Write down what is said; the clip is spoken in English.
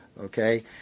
Okay